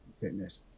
fitness